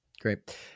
Great